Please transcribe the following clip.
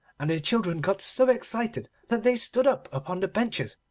and the children got so excited that they stood up upon the benches,